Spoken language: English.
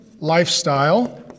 Lifestyle